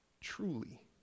truly